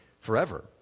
forever